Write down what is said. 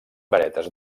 varetes